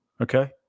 Okay